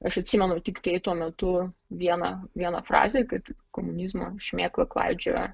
aš atsimenu tiktai tuo metu vieną vieną frazę kad komunizmo šmėkla klaidžioja